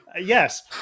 Yes